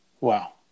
Wow